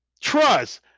Trust